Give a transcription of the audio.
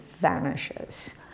vanishes